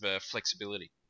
flexibility